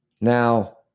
Now